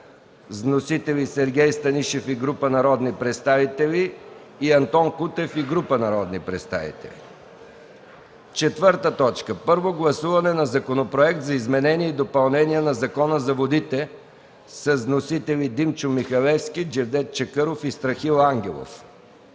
Вносители – Сергей Станишев и група народни представители; Антон Кутев и група народни представители. 4. Първо гласуване на Законопроект за изменение и допълнение на Закона за водите. Вносители – Димчо Михалевски, Джевдет Чакъров и Страхил Ангелов.